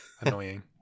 annoying